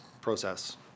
process